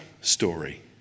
story